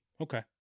Okay